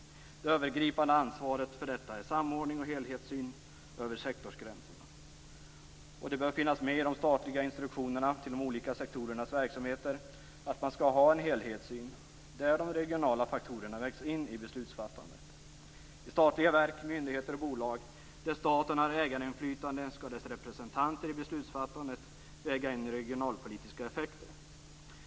Det övergripande ansvaret för detta är samordning och helhetssyn över sektorsgränserna. Det bör finnas med i de statliga instruktionerna till de olika sektorernas verksamheter att man skall ha en helhetssyn där de regionala faktorerna vägs in i beslutsfattandet. I statliga verk, myndigheter och bolag där staten har ägarinflytande skall dess representanter i beslutsfattandet väga in regionalpolitiska effekter.